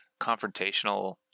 confrontational